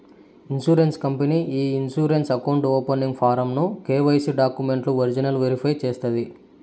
insurance company ఈ insurance account opening form ను KYC డాక్యుమెంట్లు ఒరిజినల్ వెరిఫై చేస్తాది